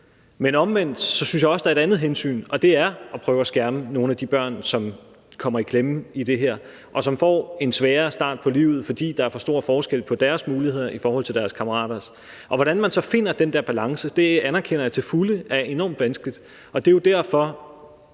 Men omvendt synes jeg også, der er et andet hensyn, og det er at prøve at skærme nogle af de børn, som kommer i klemme i det her, og som får en sværere start på livet, fordi der er for stor forskel på deres muligheder og deres kammeraters. Hvordan man så finder den der balance, anerkender jeg til fulde er enormt vanskeligt, og det er jo derfor,